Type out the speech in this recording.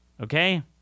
Okay